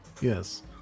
yes